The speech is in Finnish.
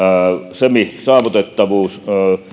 semi saavutettavuus